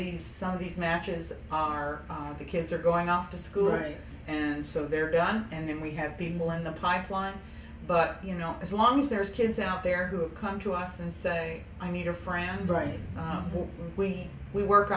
these some of these matches are the kids are going off to school right and so they're done and we have the more in the pipeline but you know as long as there's kids out there who come to us and say i need a friend brian hall we will work